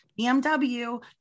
BMW